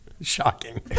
Shocking